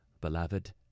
beloved